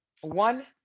one